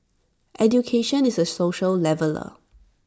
education is A social leveller